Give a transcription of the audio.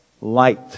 Light